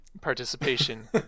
participation